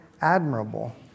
admirable